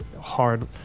hard